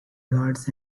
guards